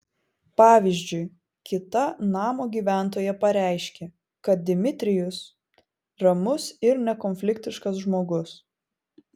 pavyzdžiui kita namo gyventoja pareiškė kad dmitrijus ramus ir nekonfliktiškas žmogus